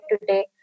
today